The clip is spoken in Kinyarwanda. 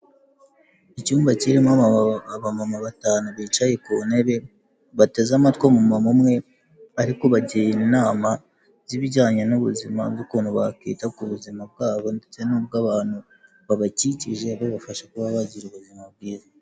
Icyumba kirimo aba mama batanu bicaye ku ntebe, bateze amatwi mu ma umwe, arikubagira inama z'ibijyanye n'ubuzima bw'ukuntu bakwita ku buzima bwabo ndetse n'ubw'abantu babakikije, babafasha kuba bagira ubuzima bwiza.